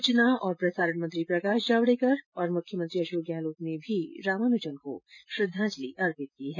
सूचना और प्रसारण मंत्री प्रकाश जावडेकर और मुख्यमंत्री अशोक गहलोत ने भी रामानुजन को श्रद्वांजलि अर्पित की है